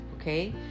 Okay